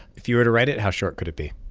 if you were to write it, how short could it be?